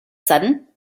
sudden